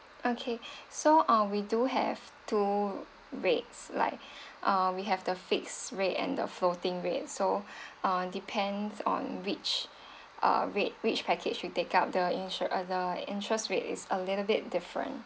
okay so uh we do have two rates like uh we have the fixed rate and the floating rate so uh depends on which uh rate which package you take up the insur~ uh the interest rate is a little bit different